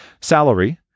Salary